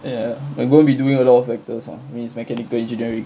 ya we're gonna be doing a lot of vectors lor means mechanical engineering